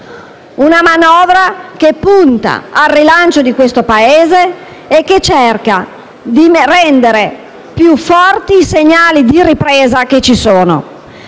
Una manovra che punta al rilancio di questo Paese e che cerca di rendere più forti i segnali di ripresa che ci sono.